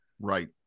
Right